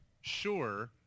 Sure